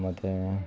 ಮತ್ತು